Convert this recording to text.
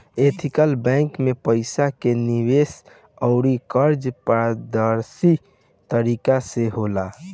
ethical banking में पईसा के निवेश अउर कर्जा पारदर्शी तरीका से होला